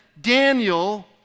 Daniel